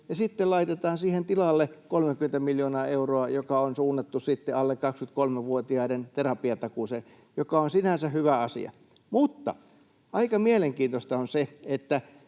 laitetaan siihen tilalle 30 miljoonaa euroa, joka on suunnattu sitten alle 23-vuotiaiden terapiatakuuseen, joka on sinänsä hyvä asia. Mutta aika mielenkiintoista on se,